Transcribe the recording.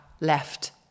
left